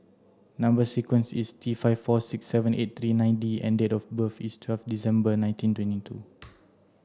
number sequence is T five four six seven eight three nine D and date of birth is twelve December nineteen twenty two